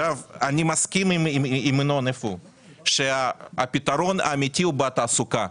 אני מסכים עם ינון שהפתרון האמיתי הוא בתעסוקה.